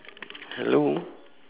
hello